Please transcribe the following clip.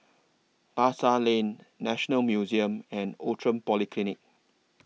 Pasar Lane National Museum and Outram Polyclinic